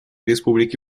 республики